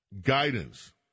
guidance